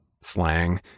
slang